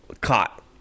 caught